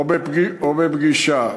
או בפגישה.